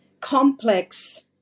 complex